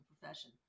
profession